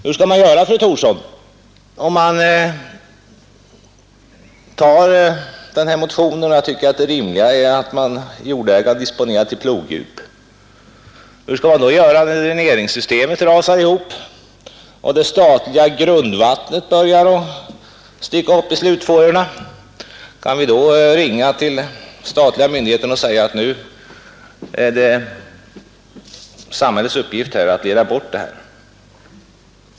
Hur skall man göra, fru Thorsson, om man tar den här motionen? Jag tycker att det rimliga är att jordägare disponerar marken till plogdjup. Hur skall man då göra när dräneringssystemet rasar ihop och det statliga grundvattnet börjar komma upp i slutfårorna? Kan vi då ringa till den statliga myndigheten och säga att nu är det samhällets uppgift att leda bort detta vatten?